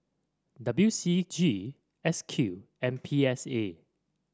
W C G S Q and P S A